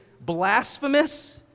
blasphemous